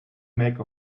make